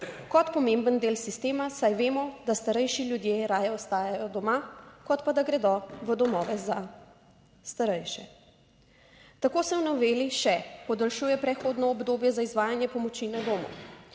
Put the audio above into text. kot pomemben del sistema, saj vemo, da starejši ljudje raje ostajajo doma, kot pa da gredo v domove za starejše. Tako se v noveli še podaljšuje prehodno obdobje za izvajanje pomoči na domu.